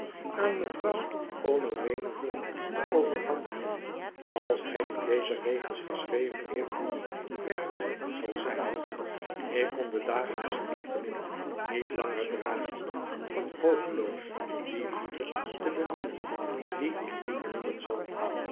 aan mevrouw onoweneven te overhandigen als hij die deze regels geschreven heeft ver weg zal zijn ik kon de dagelijksche marteling niet langer dragen van hopeloos die lieve te beminnen die ik niet noemen zal